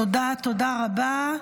תודה רבה.